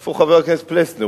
איפה חבר הכנסת פלסנר?